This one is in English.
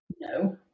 No